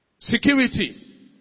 Security